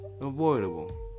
avoidable